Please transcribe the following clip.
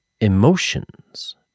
emotions